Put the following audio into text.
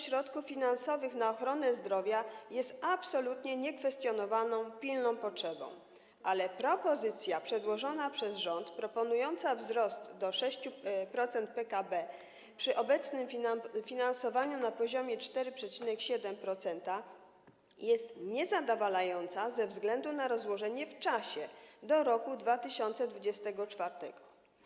środków finansowych na ochronę zdrowia jest absolutnie niekwestionowaną pilną potrzebą, ale propozycja przedłożona przez rząd, zakładająca wzrost do 6% PKB przy obecnym finansowaniu na poziomie 4,7%, jest niezadowalająca ze względu na rozłożenie tego w czasie, do roku 2024.